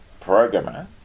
programmer